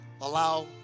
allow